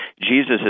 Jesus